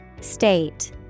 State